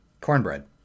Cornbread